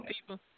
people